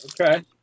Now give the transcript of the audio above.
Okay